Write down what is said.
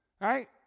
Right